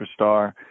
superstar